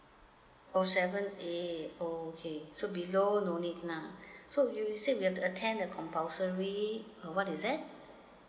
orh seventh day orh okay so below no need lah so you you say we have to attend the compulsory uh what is that